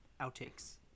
outtakes